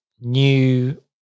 new